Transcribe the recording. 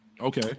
Okay